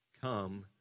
come